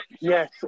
yes